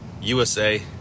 USA